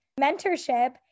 mentorship